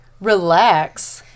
Relax